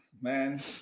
man